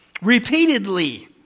repeatedly